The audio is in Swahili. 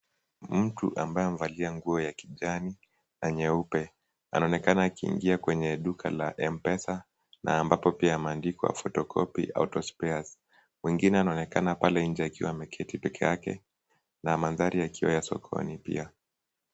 Mtu ambaye amevalia nguo ya kijani na nyeupe anaonekana akiingia kwenye duka la Mpesa ,na ambapo pia pameandikwa Photocopy, Autospares ,mwingine anaonekana ameketi huko nje akiwa peke yake ,na mandhari yakiwa ni ya sokoni pia .